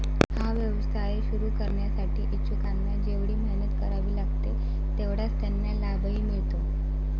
हा व्यवसाय सुरू करण्यासाठी इच्छुकांना जेवढी मेहनत करावी लागते तेवढाच त्यांना लाभही मिळतो